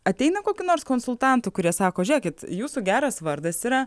ateina kokių nors konsultantų kurie sako žėkit jūsų geras vardas yra